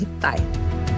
Bye